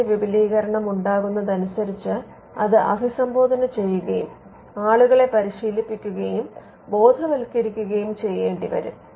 ആശയവിപുലീകരണം ഉണ്ടാകുന്നതനുസരിച്ച് അത് അഭിസംബോധന ചെയ്യുകയും ആളുകളെ പരിശീലിപ്പിക്കുകയും ബോധവൽക്കരിക്കുകയും ചെയ്യേണ്ടിവരും